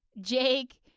Jake